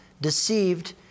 deceived